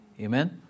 Amen